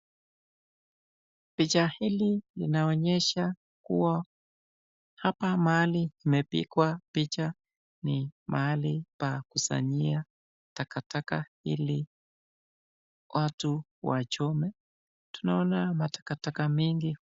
Picha hili inaonyesha kuwa, hapa mahali imepigwa picha ni mahapi pa kusanyia taka taka ili watu wachome. Tunaona mataka taka mengi.